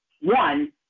one